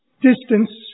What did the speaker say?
distance